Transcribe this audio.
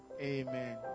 Amen